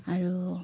আৰু